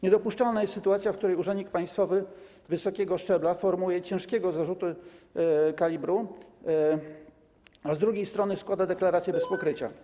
Niedopuszczalna jest sytuacja, w której urzędnik państwowy wysokiego szczebla formułuje zarzuty ciężkiego kalibru, a z drugiej strony składa deklaracje bez pokrycia.